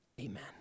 amen